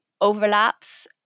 overlaps